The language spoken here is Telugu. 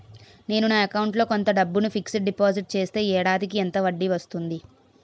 నేను నా అకౌంట్ లో కొంత డబ్బును ఫిక్సడ్ డెపోసిట్ చేస్తే ఏడాదికి ఎంత వడ్డీ వస్తుంది?